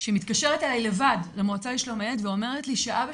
שמתקשרת אליי לבד למועצה לשלום הילד ואומרת לי שאבא